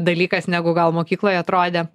dalykas negu gal mokykloj atrodė